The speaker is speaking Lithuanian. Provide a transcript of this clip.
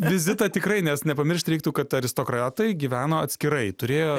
vizitą tikrai nes nepamiršt reiktų kad aristokratai gyveno atskirai turėjo